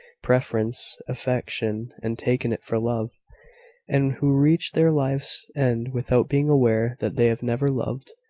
preference, affection, and taken it for love and who reach their life's end without being aware that they have never loved.